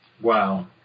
Wow